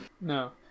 No